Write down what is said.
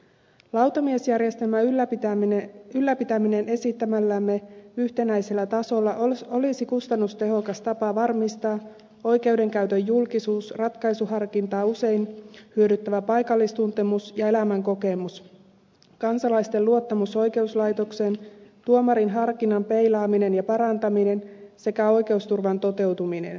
lautamiesjärjestelmän ylläpitäminen esittämällämme yhtenäisellä tasolla olisi kustannustehokas tapa varmistaa oikeudenkäytön julkisuus ratkaisuharkintaa usein hyödyttävä paikallistuntemus ja elämänkokemus kansalaisten luottamus oikeuslaitokseen tuomarin harkinnan peilaaminen ja parantaminen sekä oikeusturvan toteutuminen